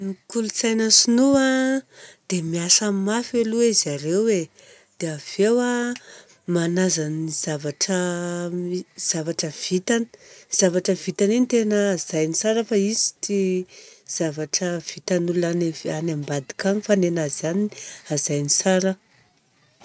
Ny kolontsaina sinoa a miasa mafy aloha arizareo e, dia avy eo a manaja ny zavatra vitany. Zavatra vitany iny tena hajaina tsara fa izy tsy tia zavatra ambadika agny fa nenazy ihany hajainy tsara.